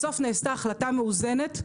בסוף נעשתה החלטה מאוזנת,